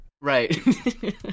Right